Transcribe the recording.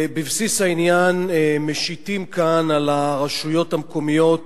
בבסיס העניין משיתים כאן על הרשויות המקומיות